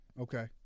Okay